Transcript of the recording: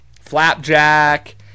Flapjack